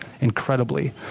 incredibly